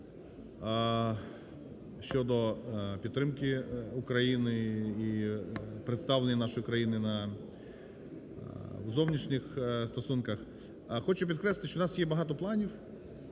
Щодо підтримки України і представлення нашої країни у зовнішніх стосунках. Хочу підкреслити, що у нас є багато планів.